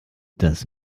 das